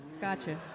Gotcha